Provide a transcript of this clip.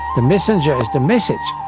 the messenger is the message.